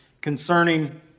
concerning